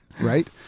Right